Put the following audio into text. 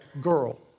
girl